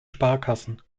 sparkassen